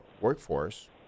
workforce